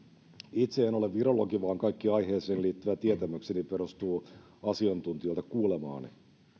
itse en ole virologi vaan kaikki aiheeseen liittyvä tietämykseni perustuu asiantuntijoilta kuulemaani